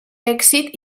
èxit